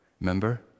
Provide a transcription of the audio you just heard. Remember